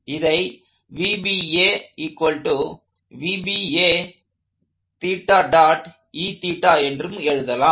இதை என்றும் எழுதலாம்